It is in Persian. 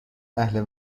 اهل